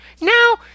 Now